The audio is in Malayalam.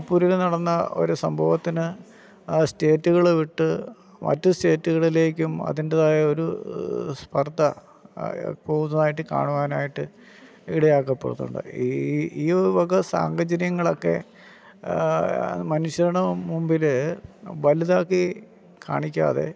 മണിപ്പൂരിൽ നടന്ന ഒരു സംഭവത്തിന് സ്റ്റേറ്റുകൾ വിട്ട് മറ്റു സ്റ്റേറ്റുകളിലേക്കും അതിൻ്റെതായ ഒരു സ്പർദ്ധ പൂർണായിട്ട് കാണുവാനായിട്ട് ഇടയാക്കപ്പെടുന്നുണ്ട് ഈ ഈ വക സാഹചര്യങ്ങളൊക്കെ മനുഷ്യരുടെ മുമ്പിൽ വലുതാക്കി കാണിക്കാതെ